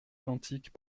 quantiques